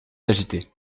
agité